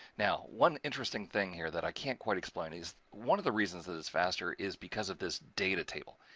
now, one interesting thing here that i can't quite explain is, one of the reasons that it's faster is because of this data table.